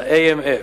ה-AMF.